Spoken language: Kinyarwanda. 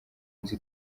nzu